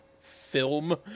film